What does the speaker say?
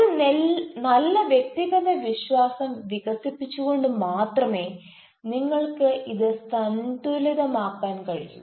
ഒരു നല്ല വ്യക്തിഗത വിശ്വാസം വികസിപ്പിച്ചുകൊണ്ട് മാത്രമേ നിങ്ങൾക്ക് ഇത് സന്തുലിതമാക്കാൻ കഴിയൂ